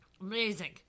Amazing